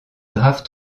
graves